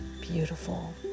beautiful